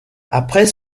après